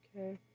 Okay